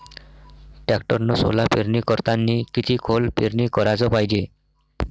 टॅक्टरनं सोला पेरनी करतांनी किती खोल पेरनी कराच पायजे?